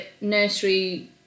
nursery